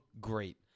great